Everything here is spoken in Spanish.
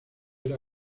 era